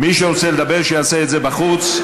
מי שרוצה לדבר, שיעשה את זה בחוץ.